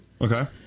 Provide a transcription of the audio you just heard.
Okay